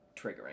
triggering